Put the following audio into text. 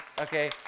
Okay